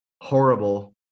horrible